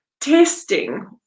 testing